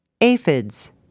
Aphids